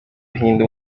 buhinde